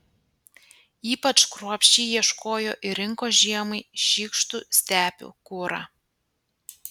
ypač kruopščiai ieškojo ir rinko žiemai šykštų stepių kurą